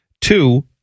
Two